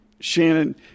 Shannon